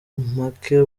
make